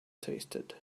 tasted